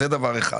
זה דבר אחד.